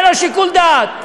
אין לו שיקול דעת.